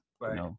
right